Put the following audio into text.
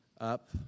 Up